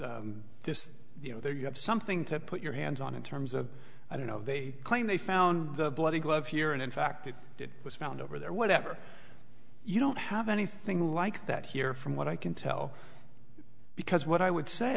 this you know there you have something to put your hands on in terms of i don't know they claim they found the bloody glove here and in fact it was found over there whatever you don't have anything like that here from what i can tell because what i would say